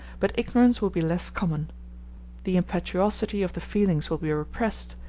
but ignorance will be less common the impetuosity of the feelings will be repressed,